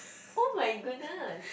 oh my goodness